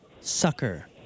Sucker